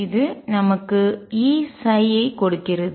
இது நமக்கு Eஐ கொடுக்கிறது